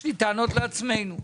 יש לי טענות לעצמנו.